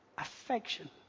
affection